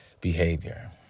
behavior